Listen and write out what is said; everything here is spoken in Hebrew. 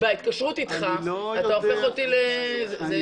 בהתקשרות איתך אתה הופך אותי ל --- אני